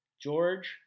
George